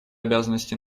обязанности